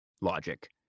logic